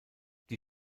die